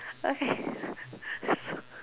okay